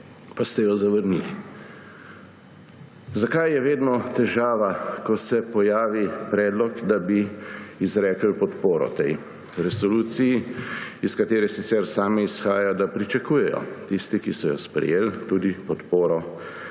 pa ste jo zavrnili. Zakaj je vedno težava, ko se pojavi predlog, da bi izrekli podporo tej resoluciji, iz katere same sicer izhaja, da tisti, ki so jo sprejeli, pričakujejo